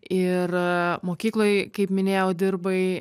ir mokykloj kaip minėjau dirbai